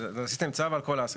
עשיתם צו על כל העסקים.